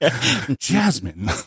Jasmine